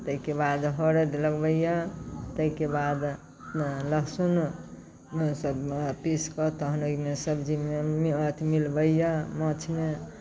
ताहिके बाद हरदि लगबैए ताहिके बाद लहसुन पीस कऽ तखन ओहिमे सब्जीमे अथि मिलबैए माछमे से